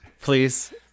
Please